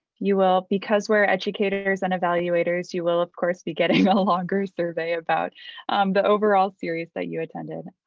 you will because where educators and evaluators, you will of course be getting a longer survey about the overall series that you attended.